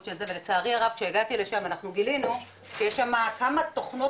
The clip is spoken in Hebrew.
של זה ולצערי הרבה כשהגעתי לשם אנחנו גילינו שיש שם כמה תוכנות